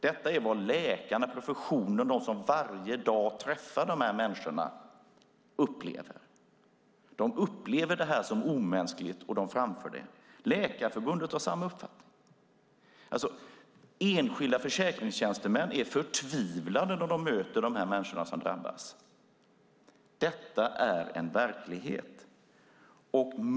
Detta är vad läkarna, professionen, de som varje dag träffar de här människorna upplever. De upplever det här som omänskligt, och de framför det. Läkarförbundet har samma uppfattning. Enskilda försäkringstjänstemän är förtvivlade när de möter de här människorna som drabbas. Detta är en verklighet.